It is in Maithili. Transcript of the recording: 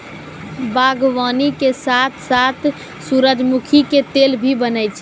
बागवानी के साथॅ साथॅ सूरजमुखी के तेल भी बनै छै